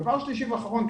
דבר שלישי ואחרון,